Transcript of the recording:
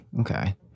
okay